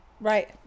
Right